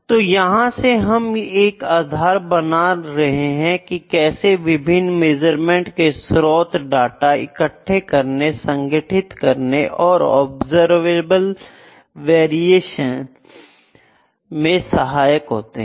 तो यहां से हम एक आधार बना रहे हैं कि कैसे विभिन्न मेज़रमेंट के स्रोत डाटा इकट्ठा करने संगठित करने और ऑब्सेर्वबलै वेरिएशन में सहायक होते हैं